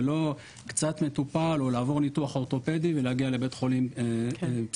ולא קצת מטופל או לעבור ניתוח אורתופדי ולהגיע לבית חולים פסיכיאטרי.